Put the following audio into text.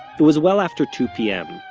it was well after two pm,